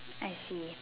I see